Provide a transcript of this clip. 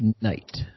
night